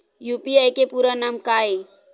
UPI के पूरा नाम का ये?